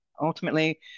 ultimately